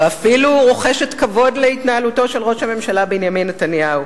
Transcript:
ואפילו רוחשת כבוד להתנהלותו של ראש הממשלה בנימין נתניהו.